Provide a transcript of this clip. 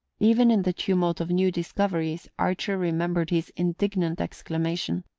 even in the tumult of new discoveries archer remembered his indignant exclamation,